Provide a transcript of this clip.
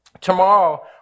Tomorrow